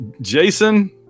Jason